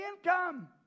income